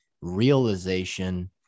realization